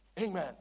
Amen